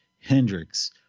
Hendrix